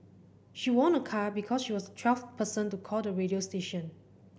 she won a car because she was twelfth person to call the radio station